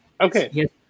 okay